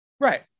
Right